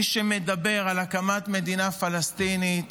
מי שמדבר על הקמת מדינה פלסטינית